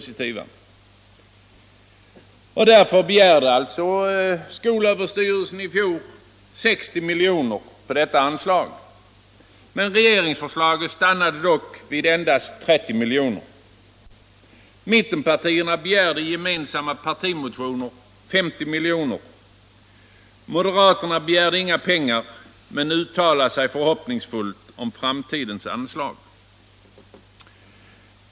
SÖ begärde därför i fjol 60 milj.kr. för samma ändamål, men regeringsförslaget stannade vid endast 30 milj.kr. Mittenpartierna föreslog i en gemensam partimotion 50 milj.kr. Moderaterna begärde inte några pengar, men uttalade sig förhoppningsfullt om framtida anslag.